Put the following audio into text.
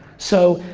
so,